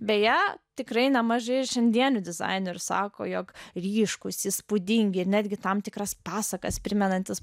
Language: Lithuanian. beje tikrai nemažai šiandienių dizainerių sako jog ryškūs įspūdingi ir netgi tam tikras pasakas primenantys